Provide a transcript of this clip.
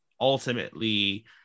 ultimately